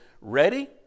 ready